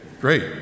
Great